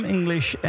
English